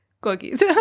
Cookies